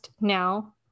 now